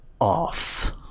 off